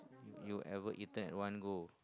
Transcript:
you ever eaten at one go